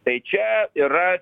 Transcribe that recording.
tai čia yra